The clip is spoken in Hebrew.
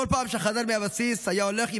בכל פעם שחזר מהבסיס היה הולך,